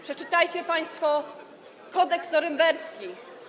Przeczytajcie państwo Kodeks norymberski.